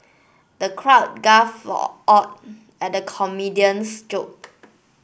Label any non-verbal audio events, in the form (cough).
the crowd (unintelligible) at the comedian's joke